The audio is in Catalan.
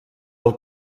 del